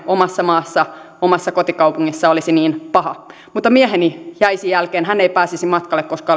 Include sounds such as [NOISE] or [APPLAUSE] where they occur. omassa maassa omassa kotikaupungissani olisi niin paha mutta mieheni jäisi jälkeen hän ei pääsisi matkalle koska [UNINTELLIGIBLE]